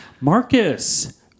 Marcus